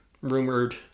rumored